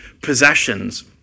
possessions